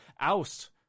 oust